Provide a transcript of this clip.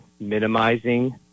minimizing